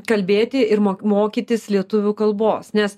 kalbėti ir mok mokytis lietuvių kalbos nes